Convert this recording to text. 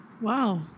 Wow